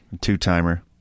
two-timer